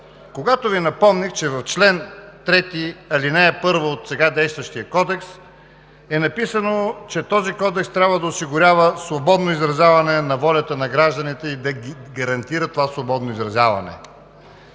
Когато Ви напомних, че в чл. 3, ал. 1 от сега действащия Кодекс е написано, че този кодекс трябва да осигурява свободно изразяване на волята на гражданите и да гарантира това свободно изразяване